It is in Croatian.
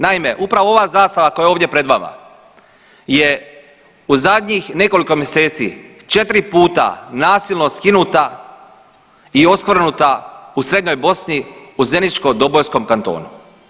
Naime, upravo ova zastava koja je ovdje pred vama je u zadnjih nekoliko mjeseci 4 puta nasilno skinuta i oskvrnuta u Srednjoj Bosni u Zeničko-dobojskom kantonu.